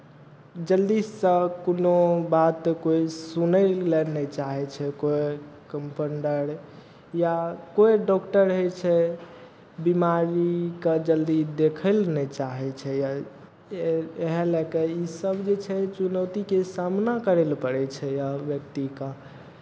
जल्दीसँ कोनो बात कोइ सुनय लए नहि चाहै छै कोइ कम्पौंडर या कोइ डॉक्टर होइ छै बिमारीके जल्दी देखय लए नहि चाहै छै इएह लऽ कऽ इसभ जे छै चुनौतीके सामना करय लए पड़ै छै ओहि व्यक्तिकेँ